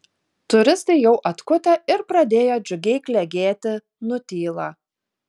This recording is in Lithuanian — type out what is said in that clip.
turistai jau atkutę ir pradėję džiugiai klegėti nutyla